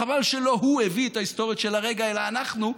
חבל שלא הוא הביא את ההיסטוריות של הרגע אלא אנחנו,